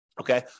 okay